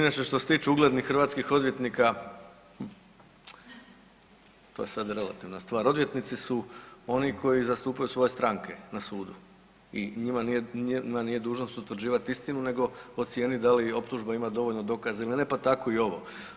Inače što se tiče uglednih hrvatskih odvjetnika to je sad relativna stvar, odvjetnici su oni koji zastupaju svoje stranke na sudu i njima nije dužnost utvrđivat istinu nego ocijenit da li optužba ima dovoljno dokaza ili ne, pa tako i ovo.